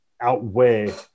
outweigh